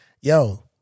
Yo